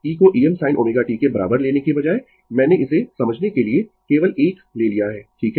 e को Em sin ω t के बराबर लेने के बजाय मैंने इसे समझने के लिए केवल एक ले लिया है ठीक है